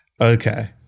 Okay